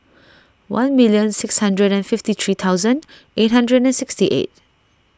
one million six hundred and fifty three thousand eight hundred and sixty eight